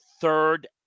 third